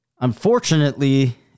unfortunately